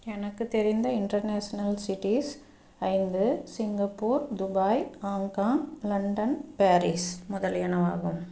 எனக்கு தெரிந்த international cities ஐந்து Singapore Dubai Hong Kong London Paris முதலியனவாகும்